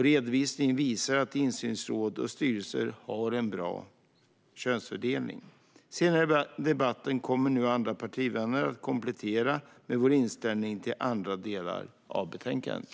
Redovisningen visar att insynsråd och styrelser har en bra könsfördelning. Senare i debatten kommer andra partivänner att komplettera med vår inställning till andra delar av betänkandet.